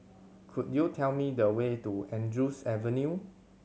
could you tell me the way to Andrews Avenue